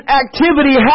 activity